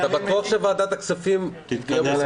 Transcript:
אתה בטוח שוועדת הכספים תתכנס?